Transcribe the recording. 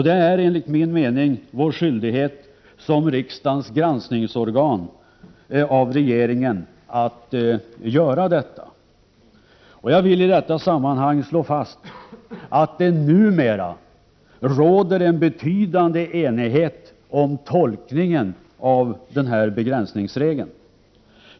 Det är, enligt min mening, vår skyldighet att som riksdagens organ för granskning av regeringen göra detta. Jag vill i detta sammanhang slå fast att det numera råder en betydande enighet om tolkningen av begränsningsregeln.